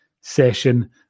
session